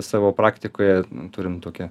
savo praktikoje turim tokią